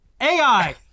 AI